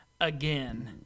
again